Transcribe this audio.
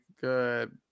good